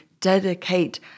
dedicate